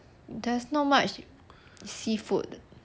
does not much seafood